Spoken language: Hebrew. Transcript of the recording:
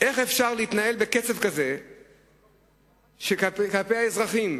איך אפשר להתנהל בקצב כזה כלפי האזרחים?